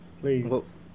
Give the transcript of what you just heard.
Please